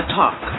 talk